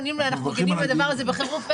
אנחנו מגינים על הדבר הזה בחירוף נפש.